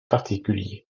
particuliers